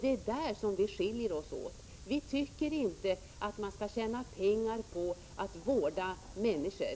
Det är på denna punkt vi skiljer oss åt: Vi tycker inte att man skall tjäna pengar på att vårda människor.